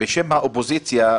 בשם האופוזיציה,